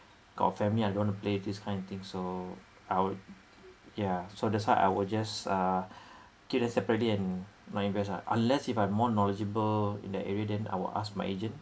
got a family and I don't wanna play this kind of thing so I would yeah so that's why I will just uh keep them separately and my invest ah unless if I'm more knowledgeable in that area then I will ask my agent